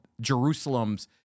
Jerusalem's